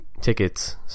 tickets